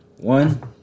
one